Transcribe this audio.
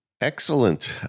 Excellent